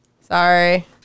Sorry